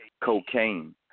cocaine